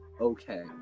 Okay